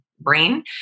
brain